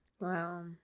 Wow